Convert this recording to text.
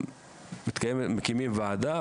מקימים ועדה,